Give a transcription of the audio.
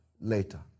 later